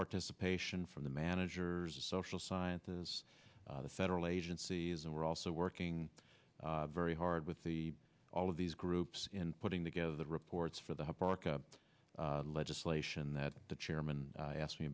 participation from the managers social scientists the federal agencies and we're also working very hard with the all of these groups in putting together the reports for the park legislation that the chairman asked me